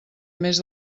més